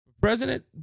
President